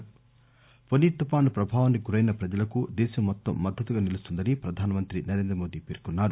Fani PM Fani తుఫాను ప్రభావానికి గురైన ప్రజలకు దేశం మొత్తం మద్దతుగా నిలుస్తుందని ప్రధాన మంత్రి నరేంద్ర మోదీ పేర్కొన్నారు